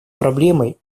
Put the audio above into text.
проблемой